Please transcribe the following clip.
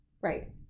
Right